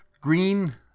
green